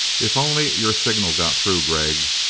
if only your signal got through, gregg,